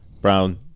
Brown